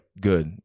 good